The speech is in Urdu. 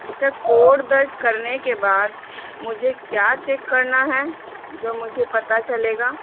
اچھا کوڈ درج کرنے کے بعد مجھے کیا چیک کرنا ہے جو مجھے پتہ چلے گا